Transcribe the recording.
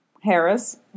Harris